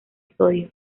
sodio